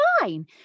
fine